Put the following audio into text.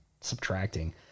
subtracting